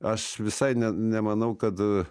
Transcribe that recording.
aš visai ne nemanau kad